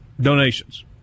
donations